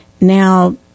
now